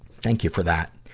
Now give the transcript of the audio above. thank you for that.